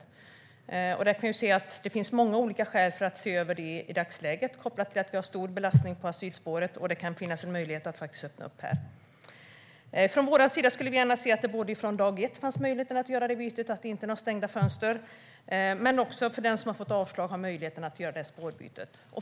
Vi kan se att det finns många olika skäl att se över detta i dagsläget, kopplat till att vi har stor belastning på asylspåret. Det kan finnas en möjlighet att öppna upp här. Från vår sida skulle vi gärna se att det från dag ett finns möjlighet att göra detta byte och att det inte är några stängda fönster. Vi tycker också att den som har fått avslag ska ha möjlighet att göra detta spårbyte.